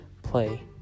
play